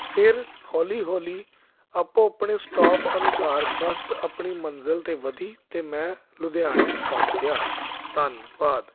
ਫਿਰ ਹੌਲੀ ਹੌਲੀ ਆਪੋ ਆਪਣੇ ਸਟੋਪ ਅਨੁਸਾਰ ਬੱਸ ਆਪਣੀ ਮੰਜ਼ਿਲ 'ਤੇ ਵਧੀ ਅਤੇ ਮੈਂ ਲੁਧਿਆਣੇ ਪਹੁੰਚਿਆ ਧੰਨਵਾਦ